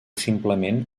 simplement